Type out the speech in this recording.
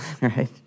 right